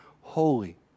holy